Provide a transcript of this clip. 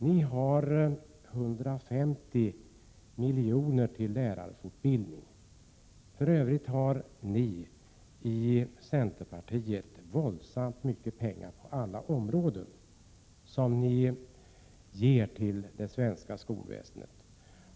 Ni föreslår 150 milj.kr. till fortbildning av lärare. För övrigt har centerpartiet våldsamt mycket pengar på alla områden att ge till det svenska skolväsendet.